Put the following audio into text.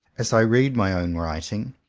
as i read my own writing,